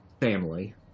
family